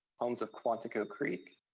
homes of quantico creek,